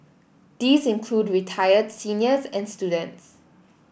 these include retired seniors and students